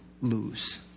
lose